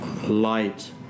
light